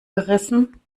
gerissen